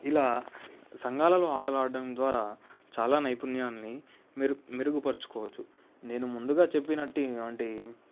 ఇలా సంఘాలలో ఆటలు ఆడడం ద్వారా చాలా నైపుణ్యాన్ని మెరు మెరుగుపరుచుకోవచ్చు నేను ముందుగా చెప్పినటువంటి